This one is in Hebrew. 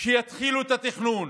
שיתחילו את התכנון,